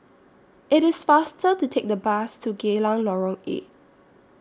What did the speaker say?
IT IS faster to Take The Bus to Geylang Lorong eight